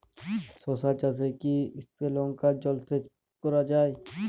শশা চাষে কি স্প্রিঙ্কলার জলসেচ করা যায়?